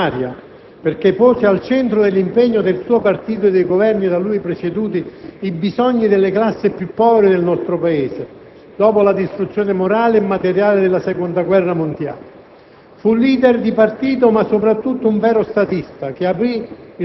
Fanfani ebbe una visione politica che all'epoca fu rivoluzionaria, perché pose al centro dell'impegno del suo partito e dei Governi da lui presieduti i bisogni delle classi più povere del nostro Paese, dopo la distruzione morale e materiale della Seconda guerra mondiale.